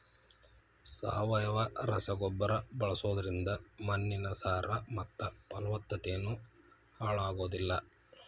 ಸಾವಯವ ರಸಗೊಬ್ಬರ ಬಳ್ಸೋದ್ರಿಂದ ಮಣ್ಣಿನ ಸಾರ ಮತ್ತ ಪಲವತ್ತತೆನು ಹಾಳಾಗೋದಿಲ್ಲ